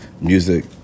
Music